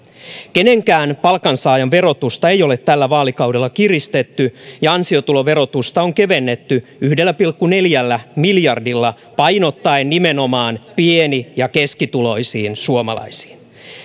kenenkään palkansaajan verotusta ei ole tällä vaalikaudella kiristetty ja ansiotuloverotusta on kevennetty yhdellä pilkku neljällä miljardilla painottaen nimenomaan pieni ja keskituloisiin suomalaisiin